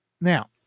Now